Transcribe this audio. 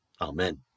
Amen